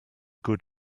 good